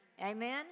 Amen